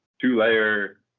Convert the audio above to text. two-layer